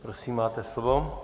Prosím, máte slovo.